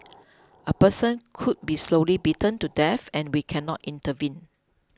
a person could be slowly beaten to death and we cannot intervene